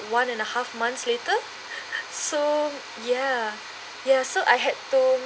one and a half months later so ya ya so I had to